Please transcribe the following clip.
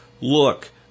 look